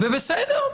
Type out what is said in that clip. בסדר,